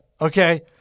okay